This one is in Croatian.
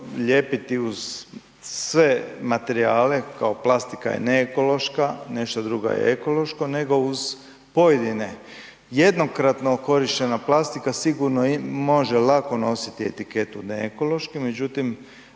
lijepiti uz sve materijale kao plastika je ne ekološka, nešto drugo je ekološko, nego uz pojedine. Jednokratno korištena plastika sigurno može lako nositi etiketu ne ekološki, međutim